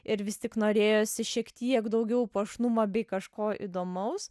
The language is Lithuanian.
ir vis tik norėjosi šiek tiek daugiau puošnumo bei kažko įdomaus